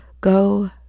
go